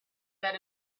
that